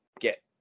get